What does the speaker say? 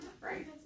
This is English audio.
Right